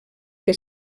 que